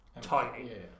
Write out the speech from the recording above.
tiny